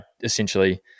essentially